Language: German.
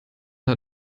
hat